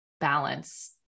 balance